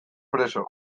preso